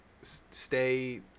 Stay